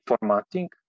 formatting